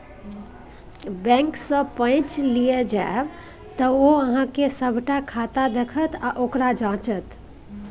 बैंकसँ पैच लिअ जाएब तँ ओ अहॅँक सभटा खाता देखत आ ओकरा जांचत